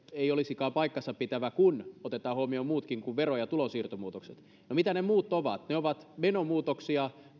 ei olisikaan paikkansapitävä kun otetaan huomioon muutkin kuin vero ja tulonsiirtomuutokset no mitä ne muut ovat ne ovat menomuutoksia